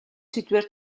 сэдвээр